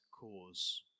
cause